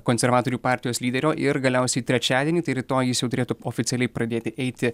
konservatorių partijos lyderio ir galiausiai trečiadienį tai rytoj jis jau turėtų oficialiai pradėti eiti